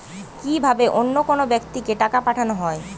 কি ভাবে অন্য কোনো ব্যাক্তিকে টাকা পাঠানো হয়?